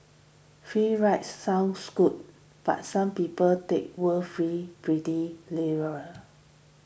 free rides sound good but some people take word free pretty